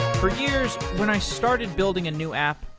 for years, when i started building a new app,